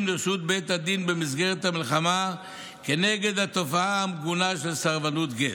לרשות בית הדין במסגרת המלחמה כנגד התופעה המגונה של סרבנות גט.